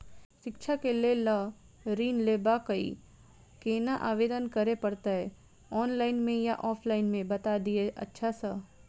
शिक्षा केँ लेल लऽ ऋण लेबाक अई केना आवेदन करै पड़तै ऑनलाइन मे या ऑफलाइन मे बता दिय अच्छा सऽ?